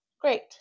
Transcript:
Great